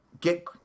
get